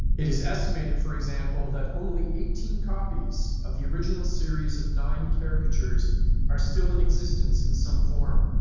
it is estimated for example that only eighteen copies of the original series of nine caricatures are still in existence in some form.